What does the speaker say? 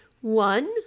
one